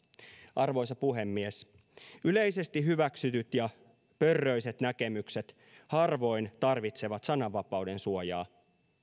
arvoisa puhemies yleisesti hyväksytyt ja pörröiset näkemykset harvoin tarvitsevat sananvapauden suojaa